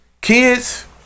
Kids